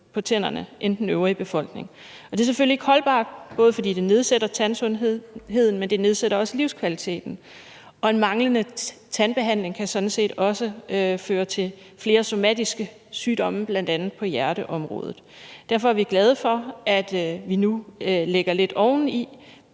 på tænder end den øvrige befolkning. Det er selvfølgelig ikke holdbart, både fordi det nedsætter tandsundheden, men det nedsætter også livskvaliteten, og en manglende tandbehandling kan sådan set også føre til flere somatiske sygdomme bl.a. på hjerteområdet. Derfor er vi glade for, at vi nu lægger lidt oveni